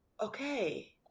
okay